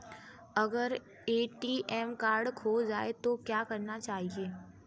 अगर ATM card खो जाए तो क्या करना चाहिए?